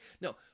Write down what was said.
No